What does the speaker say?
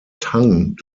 tang